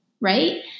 right